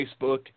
Facebook